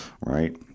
right